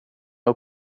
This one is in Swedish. och